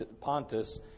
Pontus